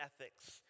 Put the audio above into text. ethics